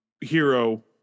hero